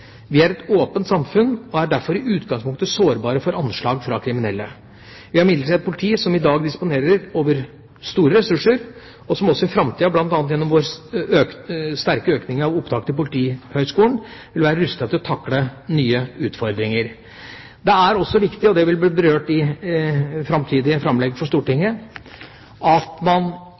Vi er et åpent samfunn og er derfor i utgangspunktet sårbare for anslag fra kriminelle. Vi har imidlertid et politi som i dag disponerer over store ressurser, og som også i framtida, bl.a. gjennom vår sterke økning av opptaket til Politihøgskolen, vil være rustet til å takle nye utfordringer. Det er også viktig, og det vil bli berørt i framtidige framlegg for Stortinget, at man